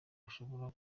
ushobora